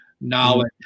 knowledge